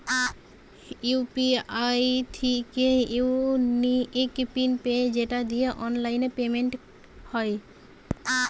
UPI থিকে unique PIN পেয়ে সেটা দিয়ে অনলাইন পেমেন্ট হয়